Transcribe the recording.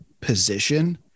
position